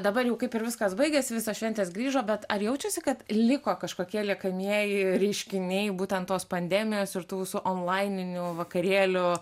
dabar jau kaip ir viskas baigiasi visos šventės grįžo bet ar jaučiasi kad liko kažkokie liekamieji reiškiniai būtent tos pandemijos ir tų visų vakarėlių